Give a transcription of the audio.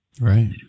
Right